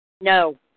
No